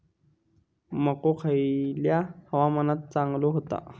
मको खयल्या हवामानात चांगलो होता?